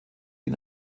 ihn